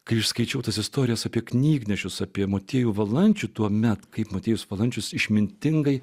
kai skaičiau tas istorijas apie knygnešius apie motiejų valančių tuomet kaip motiejus valančius išmintingai